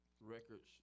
Records